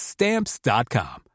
Stamps.com